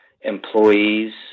employees